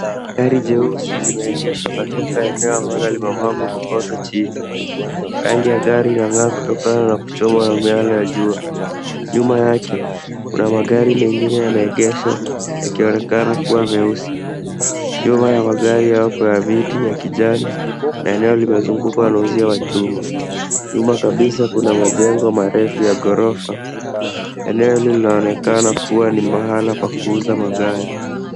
Gari jeusi limeegeshwa katika eneo ambalo limemwagwa kokoto chini. Rangi ya gari inang'aa kutokana na kuchomwa na miale ya jua. Nyuma yake kuna magari mengine yameegeshwa yakionekana kuwa meusi. Nyuma ya magari hayo kuna miti ya kijani na eneo limezungukwa na uzio wa chuma. Nyuma kabisa kuna majengo marefu ya gorofa. Eneo hili linaonekana kuwa ni mahala pa kuuza magari.